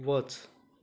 वच